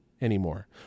anymore